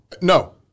No